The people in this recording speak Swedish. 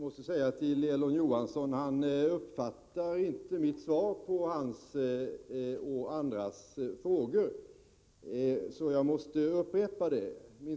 Herr talman! Elver Jonsson uppfattar inte mitt svar på hans och andras frågor, så jag måste upprepa det.